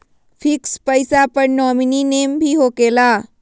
Fix पईसा पर nominee name भी होकेला?